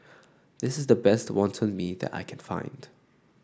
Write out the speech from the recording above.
this is the best Wonton Mee that I can find